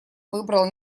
выбрал